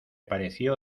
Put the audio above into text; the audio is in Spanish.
pareció